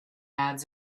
ads